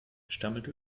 stammelte